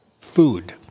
food